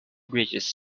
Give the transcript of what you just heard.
bridges